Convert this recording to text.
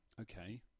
Okay